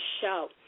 show